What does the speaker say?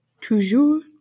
toujours